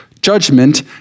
judgment